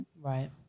Right